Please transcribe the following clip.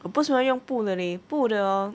我不喜欢用布的 leh 布的 hor